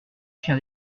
chien